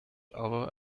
other